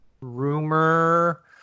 rumor